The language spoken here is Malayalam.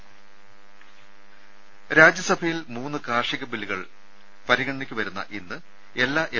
രമേ രാജ്യസഭയിൽ മൂന്ന് കാർഷിക ബില്ലുകൾ പരിഗണനയ്ക്ക് വരുന്ന ഇന്ന് എല്ലാ എം